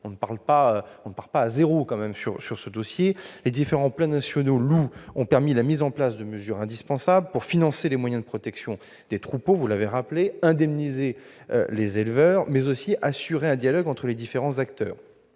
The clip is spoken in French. ne partons pas de zéro. Les différents plans nationaux Loup ont permis la mise en place de mesures indispensables pour financer les moyens de protection des troupeaux, vous l'avez rappelé, indemniser les éleveurs, mais aussi assurer un dialogue entre les différents acteurs.